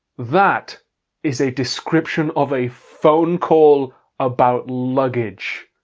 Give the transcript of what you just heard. that is a description of a phone call about luggage!